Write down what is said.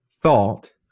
thought